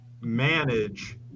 manage